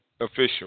official